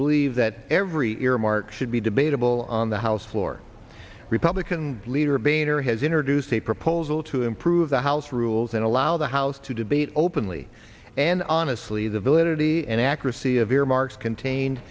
believe that every earmark should be debatable on the house floor republican leader boehner has introduced a proposal to improve the house rules and allow the house to debate openly and honestly the validity and accuracy